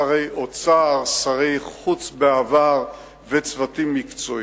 שרי אוצר, שרי חוץ בעבר וצוותים מקצועיים.